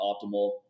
optimal